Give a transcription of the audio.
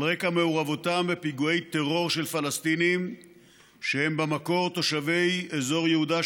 על רקע מעורבותם בפיגועי טרור של פלסטינים שהם במקור תושבי אזור יהודה,